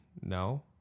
no